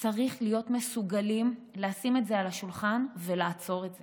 צריך להיות מסוגלים לשים את זה על השולחן ולעצור את זה,